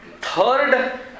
Third